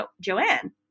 Joanne